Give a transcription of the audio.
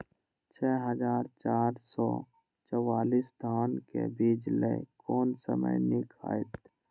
छः हजार चार सौ चव्वालीस धान के बीज लय कोन समय निक हायत?